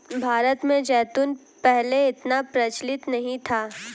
भारत में जैतून पहले इतना प्रचलित नहीं था